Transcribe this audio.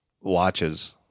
watches